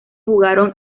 jugaron